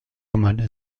gemeinde